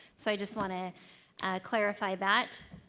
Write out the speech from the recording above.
so just want to clarify that.